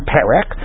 Perek